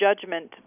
judgment